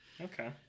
Okay